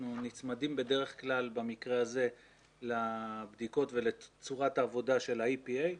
אנחנו בדרך כלל נצמדים במקרה הזה לבדיקות ולצורת העבודה שלה-EPA,